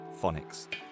phonics